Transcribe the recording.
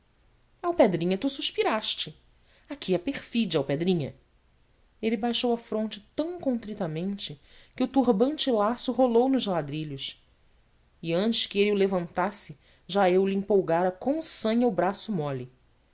abominável alpedrinha tu suspiraste aqui há perfídia alpedrinha ele baixou a fronte tão contritamente que o turbante lasso rolou nos ladrilhos e antes que ele o levantasse já eu lhe empolgara com sanha o braço mole